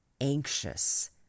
anxious